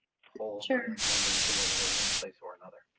sure, number is the weather there? one place or another.